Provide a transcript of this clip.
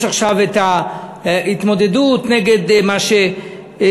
יש עכשיו את ההתמודדות נגד מה שיצטרכו